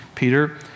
Peter